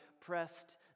pressed